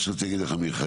מה שרציתי להגיד לך מיכאל,